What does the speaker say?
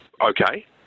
Okay